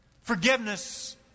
forgiveness